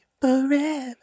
forever